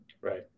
Right